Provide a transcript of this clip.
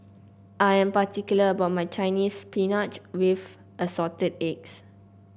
I am particular about my Chinese Spinach with Assorted Eggs